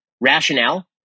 rationale